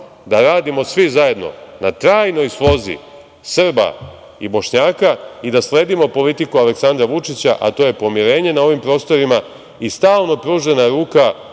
da radimo svi zajedno na trajnoj slozi Srba i Bošnjaka i da sledimo politiku Aleksandra Vučića, a to je pomirenje na ovim prostorima i stalno pružena ruka